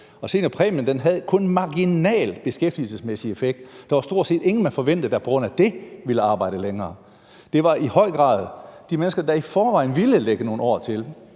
seniorpræmien havde kun marginalt beskæftigelsesmæssig effekt. Der var stort set ingen, man forventede der på grund af det ville arbejde længere. Det var i høj grad de mennesker, der i forvejen ville lægge nogle år til -